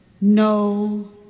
no